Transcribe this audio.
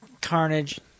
Carnage